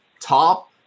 top